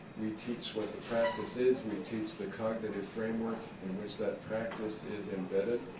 we teach what the practice is. we teach the cognitive framework in which that practice is embedded.